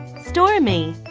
stormy.